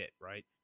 right